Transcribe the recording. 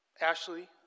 Ashley